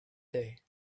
day